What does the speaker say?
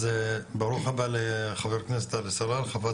אז ברוך הבא לחבר הכנסת עלי סלאלחה.